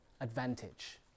advantage